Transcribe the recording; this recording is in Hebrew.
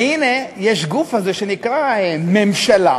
והנה יש גוף הזה שנקרא ממשלה,